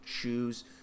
choose